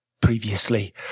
previously